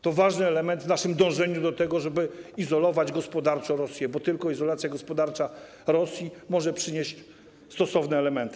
To ważny element w naszym dążeniu do tego, żeby izolować gospodarczo Rosję, bo tylko izolacja gospodarcza Rosji może przynieść stosowne efekty.